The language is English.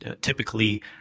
typically